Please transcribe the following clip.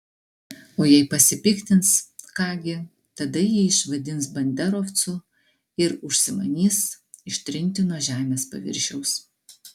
o jei pasipiktins ką gi tada jį išvadins banderovcu ir užsimanys ištrinti nuo žemės paviršiaus